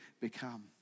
become